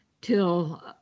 till